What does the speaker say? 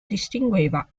distingueva